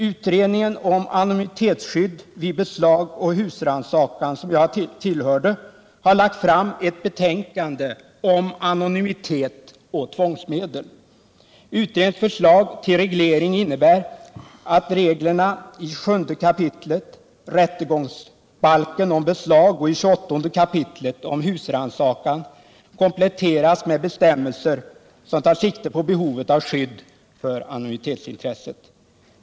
Utredningen om anonymitetsskydd vid beslag och husrannsakan, som jag tillhörde, har lagt fram ett betänkande om anonymitet och tvångsmedel. Utredningens förslag till reglering innebär att reglerna i rättegångsbalkens 27 kap. om beslag och 28 kap. om husrannsakan kompletteras med bestämmelser som tar sikte på behovet av skydd för anonymitetsintresset.